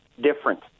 different